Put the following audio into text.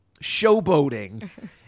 showboating